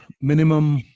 minimum